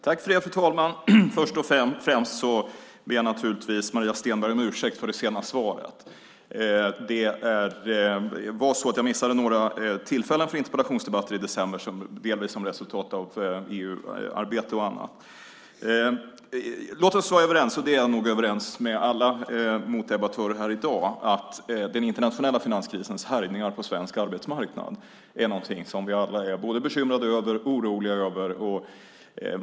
Fru talman! Först och främst ber jag naturligtvis Maria Stenberg om ursäkt för det sena svaret. Jag missade några tillfällen för interpellationsdebatter i december delvis som resultat av EU-arbete och annat. Låt oss vara överens - om det är jag nog överens med alla motdebattörer här i dag - om att den internationella finanskrisens härjningar på svensk arbetsmarknad är någonting som vi alla är både bekymrade och oroliga över.